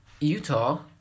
Utah